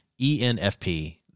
ENFP